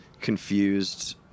confused